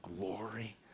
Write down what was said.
glory